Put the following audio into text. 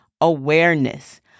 awareness